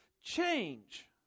change